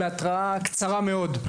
באתראה קצרה מאוד,